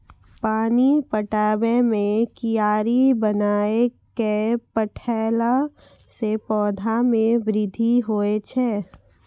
पानी पटाबै मे कियारी बनाय कै पठैला से पौधा मे बृद्धि होय छै?